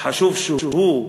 חשוב שהוא,